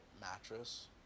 mattress